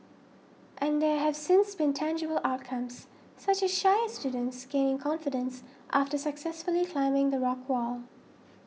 and there have since been tangible outcomes such as shyer students gaining confidence after successfully climbing the rock wall